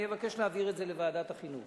אני אבקש להעביר את זה לוועדת החינוך.